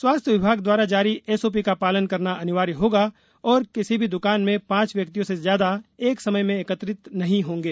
स्वास्थ्य विभाग द्वारा जारी एसओपी का पालन करना अनिवार्य होगा और किसी भी दुकान में पांच व्यक्तियों से ज्यादा एक समय में एकत्रित नहीं होंगे